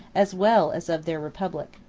as well as of their republic.